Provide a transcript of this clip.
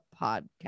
podcast